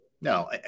No